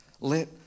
let